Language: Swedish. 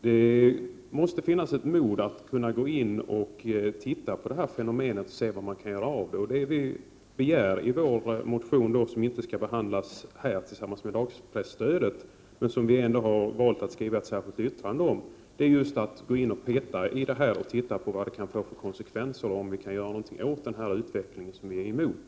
Man måste kunna visa mod och gå in och se vad vi kan göra åt detta fenomen. Det är vad vi har begärt i vår motion, som nu inte skall behandlas tillsammans med dagspresstödet, men där vi ändå har valt att skriva ett särskilt yttrande till betänkandet. Man får se på konsekvenserna och om vi kan göra någonting åt den här utvecklingen, som vi är emot.